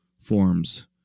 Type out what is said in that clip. forms